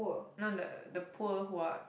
no no the poor who are